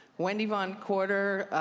wendy von courter,